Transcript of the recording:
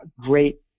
great